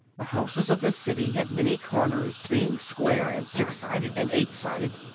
the houses of this city had many corners, being square and six-sided and eight-sided.